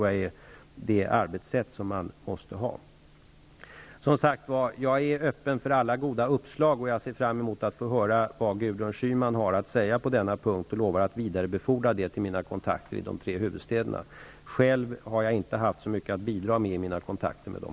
Jag är som sagt öppen för alla uppslag, och jag ser fram emot vad Gudrun Schyman har att säga på denna punkt och lovar att vidarebefordra det till mina kontakter i de tre huvudstäderna. Själv har jag inte haft så mycket att bidra med i mina kontakter med dem.